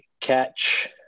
catch